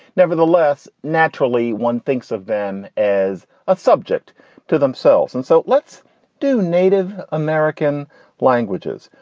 nevertheless, naturally, one thinks of them as a subject to themselves. and so let's do native american languages.